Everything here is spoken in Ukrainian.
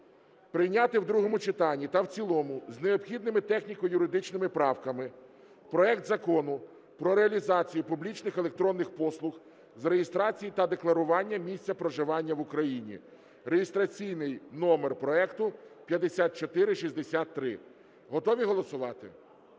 прийняти в другому читанні та в цілому з необхідними техніко-юридичними правками проект Закону про реалізацію публічних електронних послуг з реєстрації та декларування місця проживання в Україні (реєстраційний номер проекту 5463). Готові голосувати?